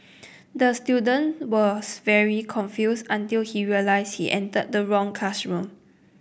the student was very confused until he realised he entered the wrong classroom